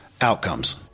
outcomes